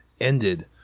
ended